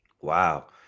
Wow